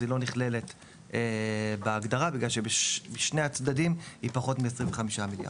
אז היא לא נכללת בהגדרה בגלל שבשני הצדדים היא פחות מ-25 מיליארד.